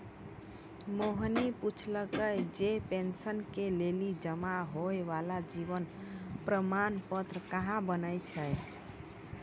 मोहिनी पुछलकै जे पेंशन के लेली जमा होय बाला जीवन प्रमाण पत्र कहाँ बनै छै?